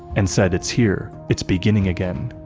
and said it's here. it's beginning again.